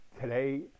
Today